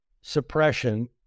suppression